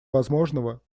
возможного